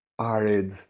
arid